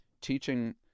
teaching